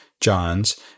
John's